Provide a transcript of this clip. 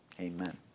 Amen